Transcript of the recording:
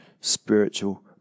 spiritual